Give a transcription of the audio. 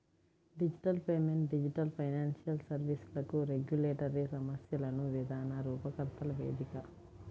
digital payment digital financial సర్వీస్లకు regulatory సమస్యలను విధాన రూపకర్తల వేదిక